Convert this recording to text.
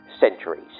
centuries